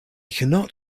cannot